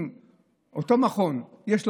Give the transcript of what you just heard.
אם לאותו מכון יש בודק,